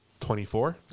24